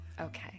Okay